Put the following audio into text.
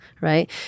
right